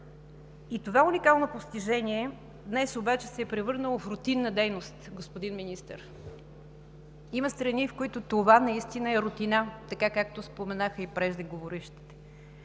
Това уникално достижение обаче днес се е превърнало в рутинна дейност, господин Министър. Има страни, в които това наистина е рутина – така, както споменаха и преждеговорившите.